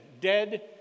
Dead